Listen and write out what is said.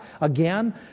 again